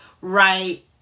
right